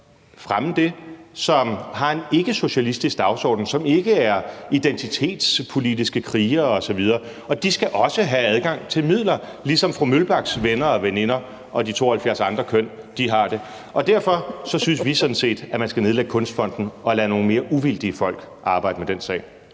fremme, som har en ikkesocialistisk dagsorden, som ikke er identitetspolitiske krigere osv. De skal også have adgang til midler, ligesom fru Charlotte Broman Mølbaks venner og veninder og de 72 andre køn har det. Og derfor synes vi sådan set, at man skal nedlægge Kunstfonden og lade nogle mere uvildige folk arbejde med den sag.